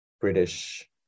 British